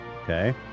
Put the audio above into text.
okay